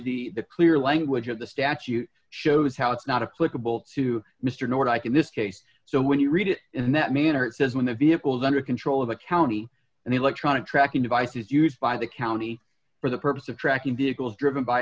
way the clear language of the statute shows how it's not a political to mr nordyke in this case so when you read it in that manner it says when the vehicle is under control of the county and the electronic tracking devices used by the county for the purpose of tracking vehicles driven by